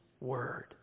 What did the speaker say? Word